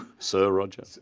sir roger? so